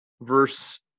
verse